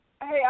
Hey